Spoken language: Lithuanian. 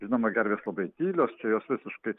žinoma gervės labai tylios čia jos visiškai